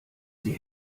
sie